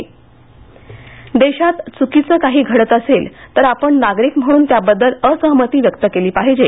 कन्नन गोपीनाथन देशात चुकीचं काही घडत असेल तर आपण नागरिक म्हणून त्याबद्दल असहमती व्यक्त केली पाहिजे